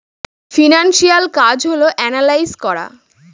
financial কাজ হল analyse করা